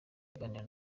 aganira